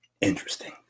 Interesting